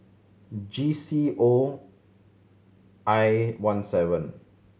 G C O I one seven